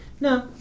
No